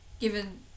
given